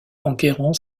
enguerrand